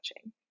touching